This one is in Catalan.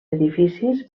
edificis